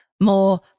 more